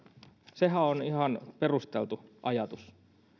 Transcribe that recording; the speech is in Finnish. sehän on ihan perusteltu ajatus